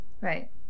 Right